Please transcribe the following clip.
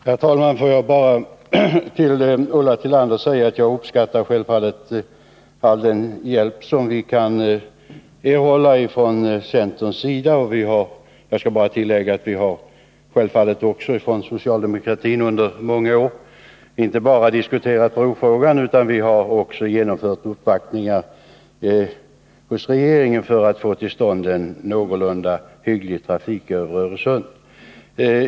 Herr talman! Får jag bara till Ulla Tillander säga att jag självfallet uppskattar all den hjälp som vi kan erhålla från centerns sida. Vi har självfallet också från socialdemokratin under många år inte bara diskuterat brofrågan utan också genomfört uppvaktningar hos regeringen för att få till stånd en någorlunda hygglig trafik över Öresund.